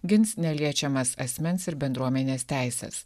gins neliečiamas asmens ir bendruomenės teises